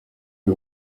who